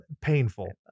painful